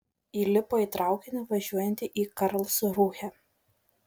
įlipo į traukinį važiuojantį į karlsrūhę